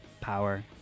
power